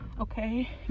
okay